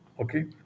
Okay